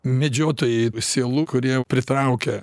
medžiotojai sielų kurie pritraukia